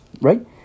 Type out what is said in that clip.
right